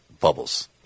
bubbles